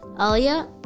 Alia